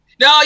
No